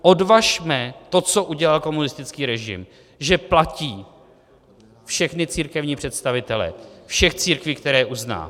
Odvažme to, co udělal komunistický režim, že platí všechny církevní představitele všech církví, které uzná.